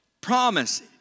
promise